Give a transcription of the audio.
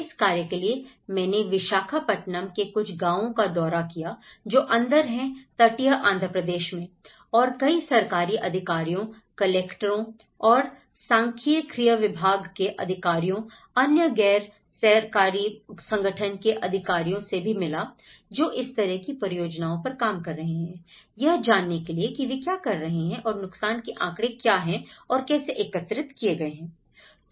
इस कार्य के लिए मैंने विशाखापत्तनम के कुछ गाँवों का दौरा किया जो अंदर है तटीय आंध्र प्रदेश मैं है और कई सरकारी अधिकारियों कलेक्ट्रेटों और सांख्यिकीय विभाग के अधिकारियों अन्य गैर सरकारी संगठन के अधिकारियों से भी मिला जो इस तरह की परियोजनाओं पर काम कर रहे हैं यह जानने के लिए वे क्या कर रहे हैं और नुकसान के आँकड़े क्या और कैसे एकत्रित किए गए हैं